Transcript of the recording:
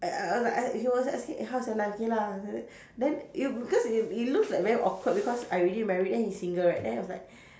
I I I was like I he was asking eh how's your life okay lah then it because it it looks like very awkward because I already married then he single right then I was like